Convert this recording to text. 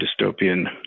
dystopian